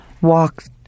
walked